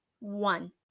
One